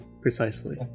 Precisely